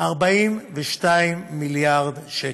ב-42 מיליארד שקל.